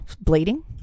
bleeding